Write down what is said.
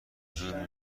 زور